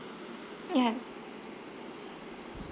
ya